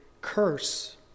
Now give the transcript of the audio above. curse